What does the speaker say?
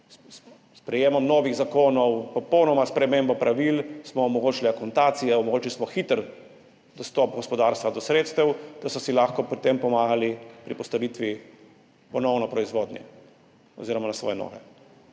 sprejetjem novih zakonov, popolno spremembo pravil smo omogočili akontacije, omogočili smo hiter dostop gospodarstva do sredstev, da so si lahko pri tem pomagali pri ponovni postavitvi proizvodnje oziroma na svoje noge.